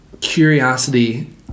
curiosity